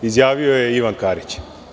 Izjavio je Ivan Karić.